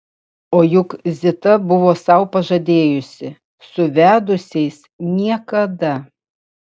o juk zita buvo sau pažadėjusi su vedusiais niekada